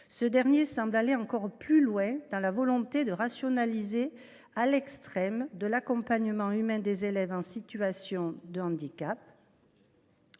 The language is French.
il semble aller encore plus loin dans la volonté de rationaliser à l’extrême l’accompagnement humain des élèves en situation de handicap,